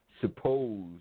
Suppose